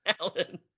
Alan